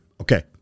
Okay